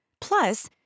Plus